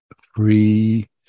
free